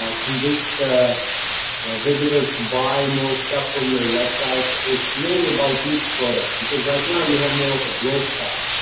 ah convince the visitor to buy more stuff from your website? it's mainly about niche products because right now you have more of a blog style.